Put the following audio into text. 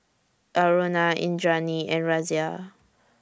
Aruna Indranee and Razia